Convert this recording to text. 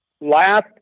last